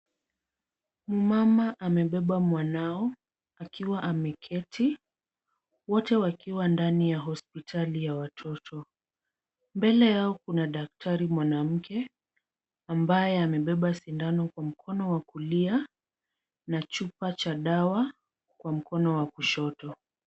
Mmama amebeba mwanao akiwa ameketi. Wote wakiwa ndani ya hospitali ya watoto. Mbele yao kuna daktari mwanamke ambaye amebeba sindano kwa mkono wa kulia na chupa cha dawa kwa mkono wa kushoto.